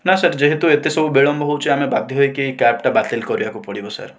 ନା ସାର୍ ଯେହେତୁ ଏତେ ସବୁ ବିଳମ୍ବ ହେଉଛି ବାଧ୍ୟ ହୋଇ କ୍ୟାବଟା ବାତିଲ୍ କରିବାକୁ ପଡ଼ିବ ସାର୍